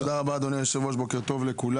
תודה רבה, אדוני היושב ראש, בוקר טוב לכולם.